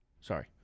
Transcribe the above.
Sorry